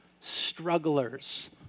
strugglers